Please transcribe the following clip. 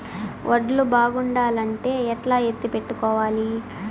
వడ్లు బాగుండాలంటే ఎట్లా ఎత్తిపెట్టుకోవాలి?